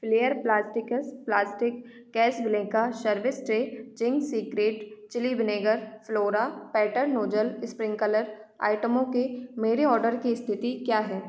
flare plastics plastic Casablanca service tray Ching's Secret chilli vinegar Flora pattern nozzle sprinkler आइटमों के मेरे order की स्थिति क्या है